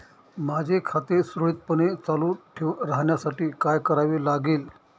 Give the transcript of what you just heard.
माझे खाते सुरळीतपणे चालू राहण्यासाठी काय करावे लागेल?